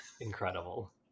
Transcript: Incredible